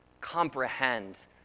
...comprehend